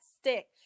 stick